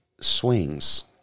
swings